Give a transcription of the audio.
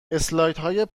اسلایدهای